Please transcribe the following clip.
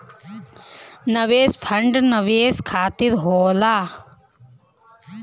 निवेश फंड निवेश खातिर होला